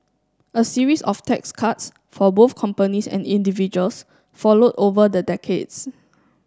a series of tax cuts for both companies and individuals followed over the decades